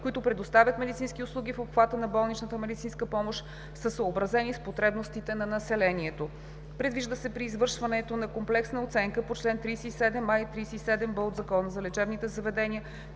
които предоставят медицински услуги в обхвата на болничната медицинска помощ, са съобразени с потребностите на населението. Предвижда се при извършването на комплексната оценка по чл. 37а и 37б от Закона за лечебните заведения